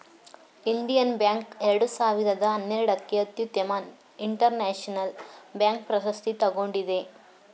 Indian bank ಎರಡು ಸಾವಿರದ ಹನ್ನೆರಡಕ್ಕೆ ಅತ್ಯುತ್ತಮ ಇಂಟರ್ನ್ಯಾಷನಲ್ ಬ್ಯಾಂಕ್ ಪ್ರಶಸ್ತಿ ತಗೊಂಡಿದೆ